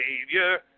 Savior